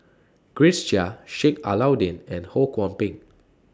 Grace Chia Sheik Alau'ddin and Ho Kwon Ping